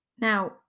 Now